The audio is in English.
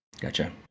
Gotcha